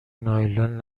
نایلون